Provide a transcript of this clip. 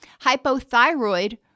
Hypothyroid